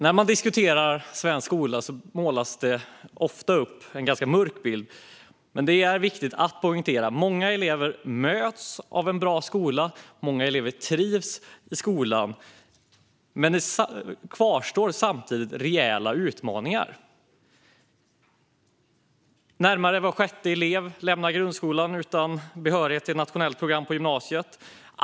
När man diskuterar svensk skola målas det ofta upp en ganska mörk bild. Det är viktigt att poängtera att många elever möts av en bra skola och trivs i skolan. Det kvarstår samtidigt rejäla utmaningar. Närmare var sjätte elev lämnar grundskolan utan behörighet till nationellt program på gymnasiet.